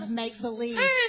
make-believe